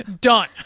done